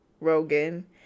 Rogan